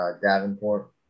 Davenport